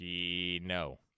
no